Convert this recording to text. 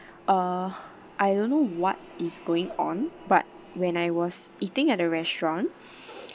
uh I don't know what is going on but when I was eating at a restaurant